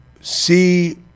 see